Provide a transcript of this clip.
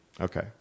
Okay